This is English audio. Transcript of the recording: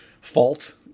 fault